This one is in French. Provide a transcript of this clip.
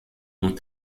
n’ont